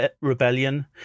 rebellion